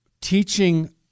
teaching